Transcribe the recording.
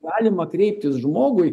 galima kreiptis žmogui